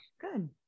Good